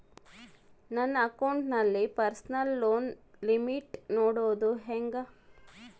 ನನ್ನ ಅಕೌಂಟಿನಲ್ಲಿ personal loan limit ನೋಡದು ಹೆಂಗೆ?